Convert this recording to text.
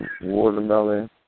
watermelon